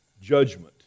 judgment